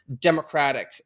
democratic